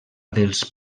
dels